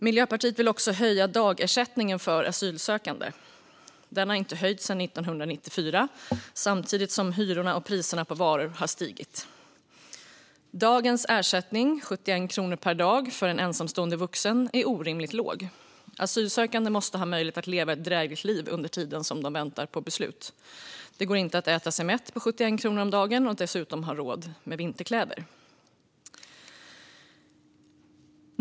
Miljöpartiet vill också höja dagersättningen för asylsökande. Den har inte höjts sedan 1994, medan hyrorna och priserna på varor stigit. Dagens ersättning, 71 kronor per dag för en ensamstående vuxen, är orimligt låg. Asylsökande måste ha möjlighet att leva ett drägligt liv under tiden de väntar på beslut. Det går inte att äta sig mätt på 71 kronor om dagen och dessutom ha råd med vinterkläder.